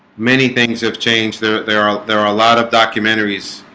many things have changed there there are there are a lot of documentaries